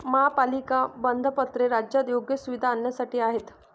महापालिका बंधपत्रे राज्यात योग्य सुविधा आणण्यासाठी आहेत